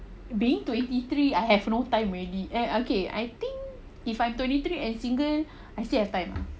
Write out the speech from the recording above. being twenty three I have no time already eh okay I think if I'm twenty three and single I still have time ah